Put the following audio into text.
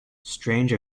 strange